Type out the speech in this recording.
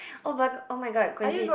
oh but [oh]-my-god coinci~